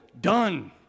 Done